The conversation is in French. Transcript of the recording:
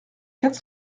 quatre